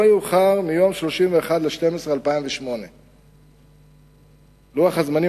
יאוחר מיום 31 בדצמבר 2008. לוח הזמנים,